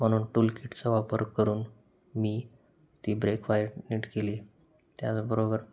म्हणून टूल किटचा वापर करून मी ती ब्रेक वायर नीट केली त्याचबरोबर